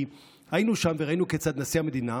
כי היינו שם וראינו כיצד נשיא המדינה,